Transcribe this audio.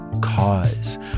cause